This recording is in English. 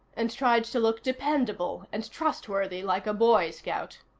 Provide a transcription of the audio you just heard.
and tried to look dependable and trustworthy, like a boy scout.